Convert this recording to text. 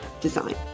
design